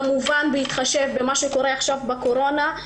כמובן בהתחשב במה שקורה עכשיו בתקופת הקורונה.